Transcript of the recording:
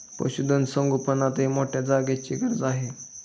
पशुधन संगोपनातही मोठ्या जागेची गरज आहे